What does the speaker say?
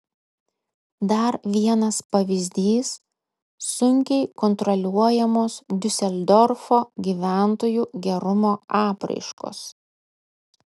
dar vienas pavyzdys sunkiai kontroliuojamos diuseldorfo gyventojų gerumo apraiškos